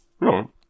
No